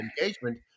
engagement